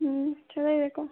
ꯎꯝ ꯁꯤꯗ ꯂꯩꯔꯦꯀꯣ